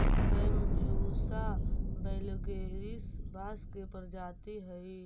Bambusa vulgaris बाँस के प्रजाति हइ